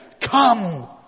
Come